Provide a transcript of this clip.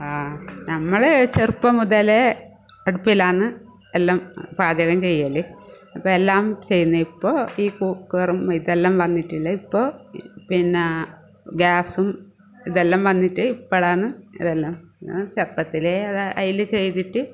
ആഹ് നമ്മൾ ചെറുപ്പം മുതലേ അടുപ്പിലാണ് എല്ലാം പാചകം ചെയ്യൽ അപ്പം എല്ലാം ചെയ്യുന്ന ഇപ്പോൾ ഈ കുക്കറും ഇതെല്ലം വന്നിട്ടുള്ളത് ഇപ്പോൾ പിന്നെ ഗ്യാസും ഇതെല്ലം വന്നിട്ട് ഇപ്പോഴാണ് ഇതെല്ലാം ചെറുപ്പത്തിലേ അത് അതിൽ ചെയ്തിട്ട്